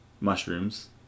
mushrooms